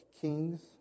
kings